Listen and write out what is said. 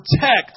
protect